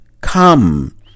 come